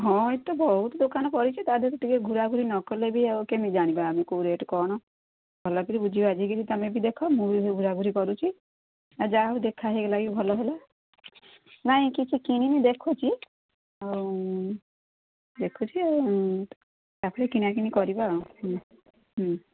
ହଁ ଏ ତ ବହୁତ ଦୋକାନ କରିଛି ତା' ଦେହରେ ଟିକେ ଘୁରାଘୁରି ନ କଲେ ବି ଆଉ କେମିତି ଜଣିବା ଆମେ କେଉଁ ରେଟ୍ କ'ଣ ଭଲ ବି ବୁଝିବା ଜିିକିରି ତମେ ବି ଦେଖ ମୁଁ ବି ଘୁରାଘରି କରୁଛି ଯାହା ହଉ ଦେଖା ହେଇ ଲାଗି ଭଲ ହେଲା ନାଇଁ କିଛି କିଣିନି ଦେଖୁଛି ଆଉ ଦେଖୁଛି ତା'ପରେ କିଣାକିଣି କରିବା ଆଉ